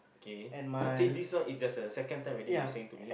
K I think this one is just the second time already you're saying to me